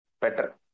better